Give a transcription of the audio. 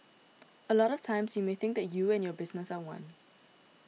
a lot of times you may think that you and your business are one